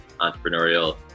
entrepreneurial